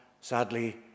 sadly